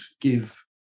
give